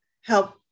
help